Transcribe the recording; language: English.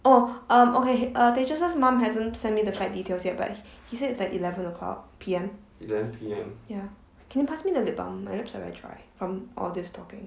oh um okay uh tayches's mum hasn't sent me the flight details yet but h~ he said it's like eleven o'clock P_M ya can you pass me the lip balm my lips are very dry from all this talking